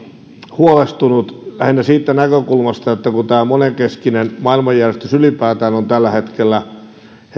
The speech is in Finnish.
huolestunut lähinnä siitä näkökulmasta että tämä monenkeskinen maailmanjärjestys ylipäätään on tällä hetkellä